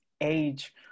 age